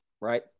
Right